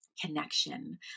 connection